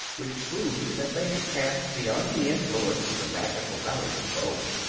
which proved that they had passed beyond the influence of the magical valley of voe.